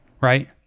Right